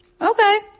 Okay